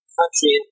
country